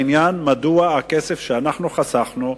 העניין הוא מדוע הכסף שאנחנו חסכנו,